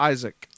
Isaac